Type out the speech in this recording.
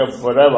forever